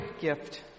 gift